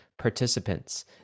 participants